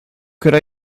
could